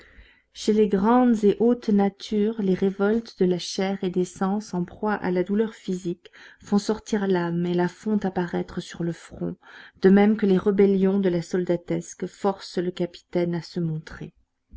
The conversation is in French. chez les grandes et hautes natures les révoltes de la chair et des sens en proie à la douleur physique font sortir l'âme et la font apparaître sur le front de même que les rébellions de la soldatesque forcent le capitaine à se montrer